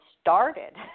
started